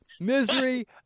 Misery